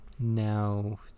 Now